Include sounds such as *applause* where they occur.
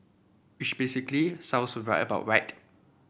which basically sounds *unintelligible* about right